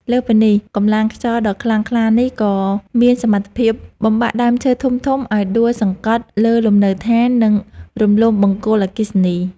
លើសពីនេះ កម្លាំងខ្យល់ដ៏ខ្លាំងក្លានេះក៏មានសមត្ថភាពបំបាក់ដើមឈើធំៗឱ្យដួលសង្កត់លើលំនៅដ្ឋាន និងរលំបង្គោលអគ្គិសនី។